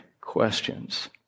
questions